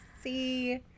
See